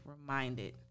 reminded